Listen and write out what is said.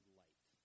light